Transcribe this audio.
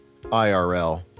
IRL